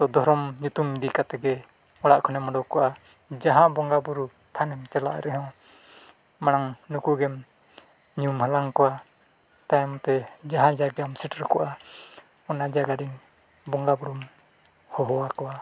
ᱫᱷᱚᱨᱚᱢ ᱧᱩᱛᱩᱢ ᱤᱫᱤ ᱠᱟᱛᱮᱫ ᱜᱮ ᱚᱲᱟᱜ ᱠᱷᱚᱱᱮᱢ ᱩᱰᱩᱠᱚᱜᱼᱟ ᱡᱟᱦᱟᱸ ᱵᱚᱸᱜᱟᱼᱵᱩᱨᱩ ᱛᱷᱟᱱᱮᱢ ᱪᱟᱞᱟᱜ ᱨᱮᱦᱚᱸ ᱢᱟᱲᱟᱝ ᱱᱩᱠᱩ ᱜᱮᱢ ᱧᱩᱢ ᱦᱟᱞᱟᱝ ᱠᱚᱣᱟ ᱛᱟᱭᱚᱢ ᱛᱮ ᱡᱟᱦᱟᱸ ᱡᱟᱭᱜᱟᱢ ᱥᱮᱴᱮᱨ ᱠᱚᱜᱼᱟ ᱚᱱᱟ ᱡᱟᱭᱜᱟ ᱨᱮᱱ ᱵᱚᱸᱜᱟᱼᱵᱩᱨᱩᱢ ᱦᱚᱦᱚ ᱟᱠᱚᱣᱟ